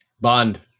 bond